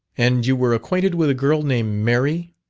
and you were acquainted with a girl named mary,